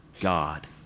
God